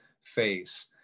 face